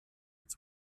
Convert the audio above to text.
its